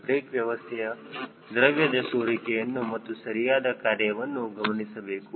break ವ್ಯವಸ್ಥೆಯ ದ್ರವ್ಯದ ಸೋರಿಕೆಯನ್ನು ಮತ್ತು ಸರಿಯಾದ ಕಾರ್ಯವನ್ನು ಗಮನಿಸಬೇಕು